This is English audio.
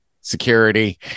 security